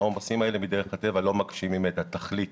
העומסים האלה מדרך הטבע לא מגשימים את התכלית